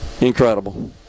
Incredible